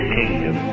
kingdom